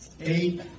eight